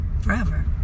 forever